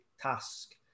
task